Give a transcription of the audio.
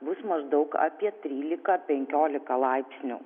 bus maždaug apie trylika penkiolika laipsnių